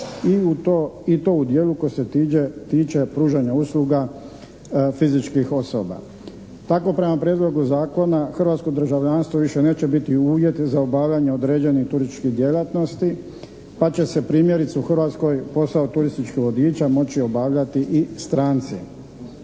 i to u dijelu koji se tiče pružanja usluga fizičkih osoba. Tako prema prijedlogu zakona hrvatsko državljanstvo više neće biti uvjet za obavljanje određenih turističkih djelatnosti pa će se primjerice u Hrvatskoj posao turističkog vodiča moći obavljati i stranci.